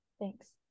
Thanks